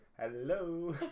hello